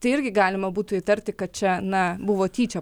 tai irgi galima būtų įtarti kad čia na buvo tyčia